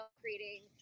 creating